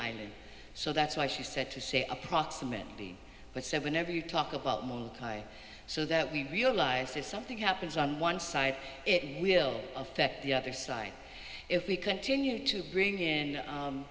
island so that's why she said to say approximately what seven ever you talk about so that we realize if something happens on one side it will affect the other side if we continue to bring in